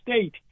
state